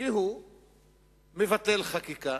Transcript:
כי הוא מבטל חקיקה,